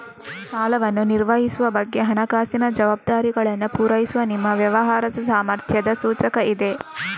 ಸಾಲವನ್ನು ನಿರ್ವಹಿಸುವ ಬಗ್ಗೆ ಹಣಕಾಸಿನ ಜವಾಬ್ದಾರಿಗಳನ್ನ ಪೂರೈಸುವ ನಿಮ್ಮ ವ್ಯವಹಾರದ ಸಾಮರ್ಥ್ಯದ ಸೂಚಕ ಇದೆ